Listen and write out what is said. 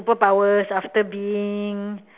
superpowers after being